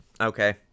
okay